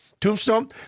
tombstone